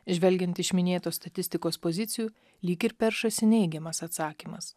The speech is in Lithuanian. žvelgiant iš minėtos statistikos pozicijų lyg ir peršasi neigiamas atsakymas